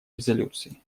резолюции